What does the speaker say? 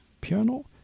Piano